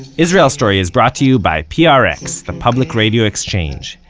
israel story is brought to you by prx the public radio exchange,